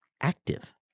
active